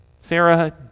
Sarah